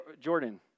Jordan